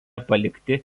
palikti